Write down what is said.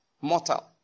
mortal